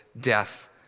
death